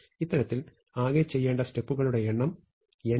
ഇത്തരത്തിൽ ആകെ ചെയ്യേണ്ട സ്റ്റെപ്പുകളുടെ എണ്ണം n